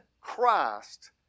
Christ